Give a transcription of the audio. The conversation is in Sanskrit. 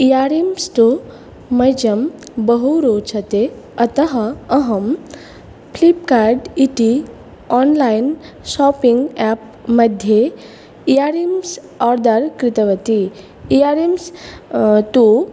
इयारिङ्ग्स् तु मह्यं बहु रोचते अतः अहं फ़्लिप्कार्ट् इति आन्लैन् शापिङ्ग् एप्मध्ये इयारिङ्ग्स् आडल् कृतवती इयारिङ्ग्स् तु